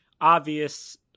obvious